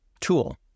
tool